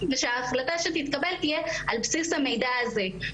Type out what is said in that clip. ושההחלטה שתתקבל תהיה על בסיס המידע הזה,